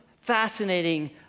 fascinating